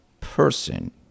person